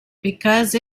because